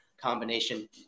combination